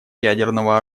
ядерного